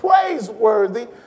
praiseworthy